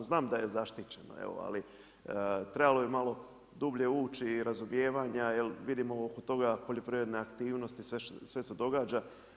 Znam da je zaštićena evo ali trebalo bi malo dublje ući i razumijevanja jer vidimo oko toga poljoprivredne aktivnosti sve se događa.